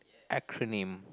acronym